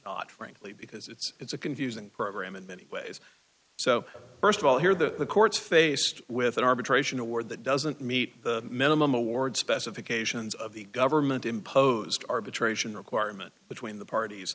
not frankly because it's it's a confusing program in many ways so first of all here the courts faced with an arbitration award that doesn't meet the minimum award specifications of the government imposed arbitration requirement between the parties